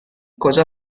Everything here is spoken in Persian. کجا